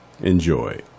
Enjoy